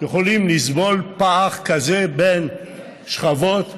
אנחנו לא יכולים לסבול פער כזה בין שכבות,